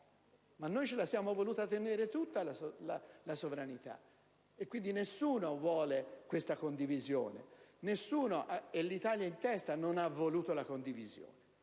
ma noi ce la siamo voluta tenere tutta la sovranità e quindi nessuno vuole questa condivisione, nessuno (l'Italia in testa) ha voluto la condivisione.